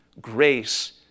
Grace